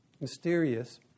mysterious